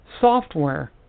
software